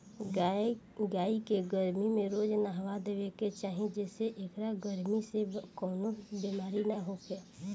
गाई के गरमी में रोज नहावा देवे के चाही जेसे एकरा गरमी से कवनो बेमारी ना होखे